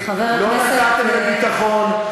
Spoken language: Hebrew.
לא נתתם להם ביטחון,